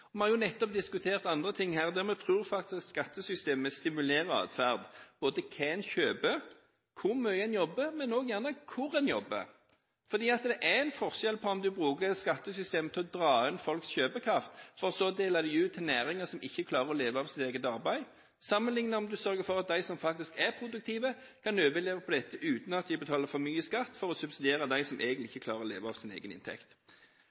Vi har nettopp diskutert andre ting her. Vi tror faktisk at skattesystemet stimulerer adferd, både hva en kjøper, hvor mye en jobber, men gjerne hvor en jobber. Det er en forskjell på om en bruker skattesystemet til å dra inn folks kjøpekraft, og så deler den ut til næringer som ikke klarer å leve av sitt eget arbeid, sammenlignet med om en sørger for at de som er produktive, kan overleve på dette uten at de betaler for mye skatt for å subsidiere dem som egentlig ikke klarer å leve av sin egen inntekt.